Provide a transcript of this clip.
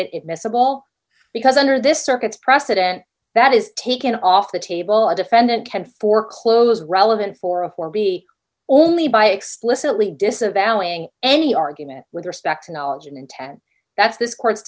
it miscible because under this circuit's precedent that is taken off the table a defendant can foreclose relevant for a for b only by explicitly disavowing any argument with respect to knowledge and intent that's this court's